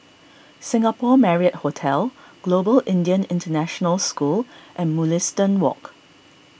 Singapore Marriott Hotel Global Indian International School and Mugliston Walk